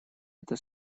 это